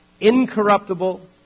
incorruptible